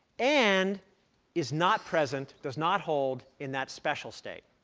and is not present does not hold in that special state.